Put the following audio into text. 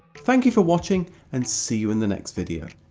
thank you for watching and see you in the next video!